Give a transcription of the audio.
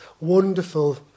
wonderful